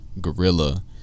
gorilla